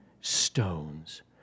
stones